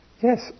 yes